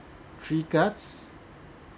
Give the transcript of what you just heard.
three cards